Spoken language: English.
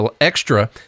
extra